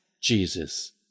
Jesus